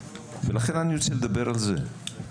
לכן אני רוצה לדבר על זה.